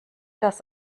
das